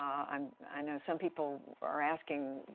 i um i know some people are asking,